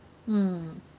mm